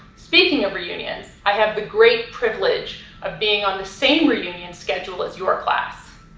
speaking of reunions, i have the great privilege of being on the same reunion schedule as your class.